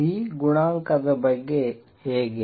B ಗುಣಾಂಕದ ಬಗ್ಗೆ ಹೇಗೆ